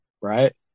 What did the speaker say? right